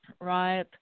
Right